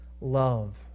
love